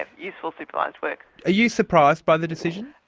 and useful supervised work. are you surprised by the decision?